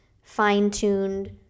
fine-tuned